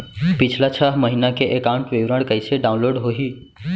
पिछला छः महीना के एकाउंट विवरण कइसे डाऊनलोड होही?